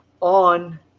on